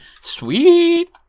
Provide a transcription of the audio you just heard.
Sweet